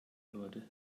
würde